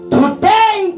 today